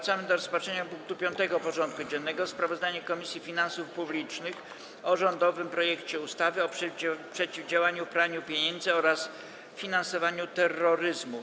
Powracamy do rozpatrzenia punktu 5. porządku dziennego: Sprawozdanie Komisji Finansów Publicznych o rządowym projekcie ustawy o przeciwdziałaniu praniu pieniędzy oraz finansowaniu terroryzmu.